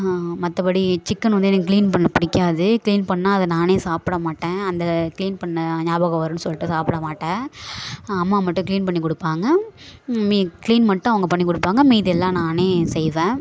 மற்றபடி சிக்கன் வந்து எனக்கு க்ளீன் பண்ண பிடிக்காது க்ளீன் பண்ணால் அதை நானே சாப்பிட மாட்டேன் அந்த க்ளீன் பண்ண ஞாபகம் வரும் சொல்லிட்டு சாப்பிட மாட்டேன் அம்மா மட்டும் க்ளீன் பண்ணிக் கொடுப்பாங்க மீ க்ளீன் மட்டும் அவங்க பண்ணிக் கொடுப்பாங்க மீதி எல்லாம் நானே செய்வேன்